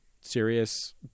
serious